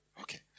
Okay